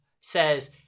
says